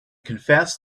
confessed